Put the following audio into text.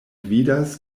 gvidas